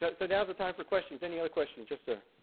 but so now's the time for questions. any other questions? yes sir.